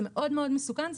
זה מאוד מסוכן.